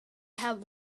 have